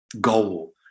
goal